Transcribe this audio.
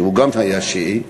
והוא גם היה שיעי,